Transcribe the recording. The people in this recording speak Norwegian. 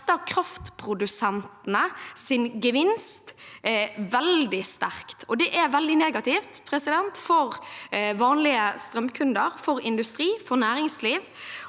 kraftprodusentenes gevinst veldig sterkt. Det er veldig negativt for vanlige strømkunder, industri og næringsliv.